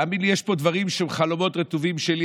תאמין לי, יש פה דברים שהם חלומות רטובים שלי.